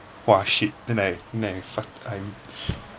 !wah! shit then I then I fuck I'm